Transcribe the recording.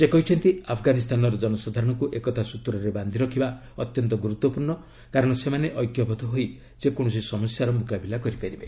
ସେ କହିଛନ୍ତି ଆଫ୍ଗାନିସ୍ତାନର ଜନସାଧାରଣଙ୍କୁ ଏକତା ସୂତ୍ରରେ ବାନ୍ଧି ରଖିବା ଅତ୍ୟନ୍ତ ଗୁରୁତ୍ୱପୂର୍ଣ୍ଣ କାରଣ ସେମାନେ ଐକ୍ୟବଦ୍ଧ ହୋଇ ଯେକୌଣସି ସମସ୍ୟାର ମୁକାବିଲା କରିପାରିବେ